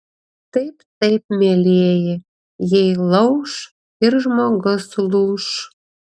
taip taip mielieji jei lauš ir žmogus lūš